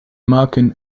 maken